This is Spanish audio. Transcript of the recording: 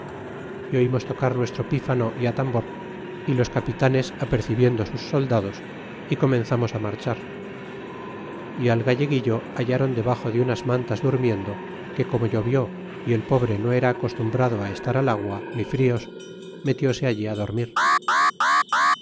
cempoal é oimos tocar nuestro pífano y atambor y los capitanes apercibiendo sus soldados y comenzamos marchar y al galleguillo ballron debaxo de unas mantas durmiendo que como llovió y el pobre no era acostumbrado estar al agua ni fijos metise allí dormir